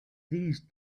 these